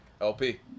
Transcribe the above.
LP